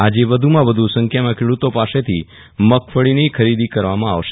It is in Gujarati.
આજે વધુમાં વધુ સંખ્યામાં ખેડૂતો પાસેથી મગફળીની ખરીદી કરવામાં આવશે